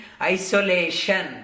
isolation